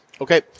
Okay